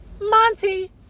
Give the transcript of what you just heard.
Monty